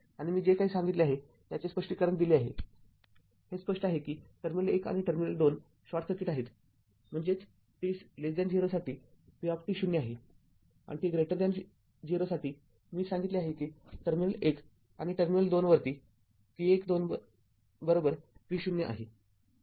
आणि मी जे काही सांगितले आहे त्याचे स्पष्टीकरण दिले आहे हे स्पष्ट आहे किटर्मिनल १ आणि २ शॉर्ट सर्किट आहेत म्हणजे t 0 साठी v ० आहे आणि t 0 साठी मी सांगितले आहे कि टर्मिनल १ आणि टर्मिनल २ वरती V१२ V0 आहे